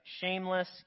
shameless